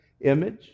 image